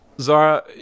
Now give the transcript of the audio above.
Zara